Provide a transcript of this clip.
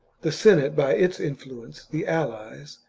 the senate by its influence, the allies,